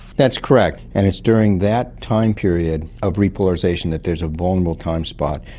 that's correct, and it's during that time period of repolarisation that there is a vulnerable time spot,